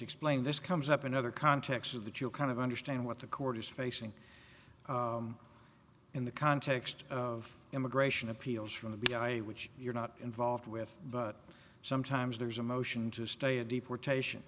explain this comes up another context of that you kind of understand what the court is facing in the context of immigration appeals from the guy which you're not involved with but sometimes there's a motion to stay a deportation